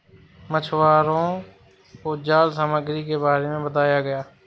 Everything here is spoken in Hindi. मछुवारों को जाल सामग्री के बारे में बताया गया